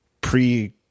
pre